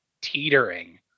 teetering